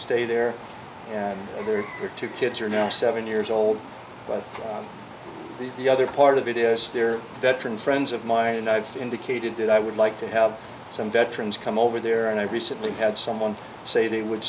stay there and there were two kids are now seven years old but the other part of it is they're veteran friends of mine and i've indicated that i would like to have some veterans come over there and i recently had someone say they would